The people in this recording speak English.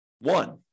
one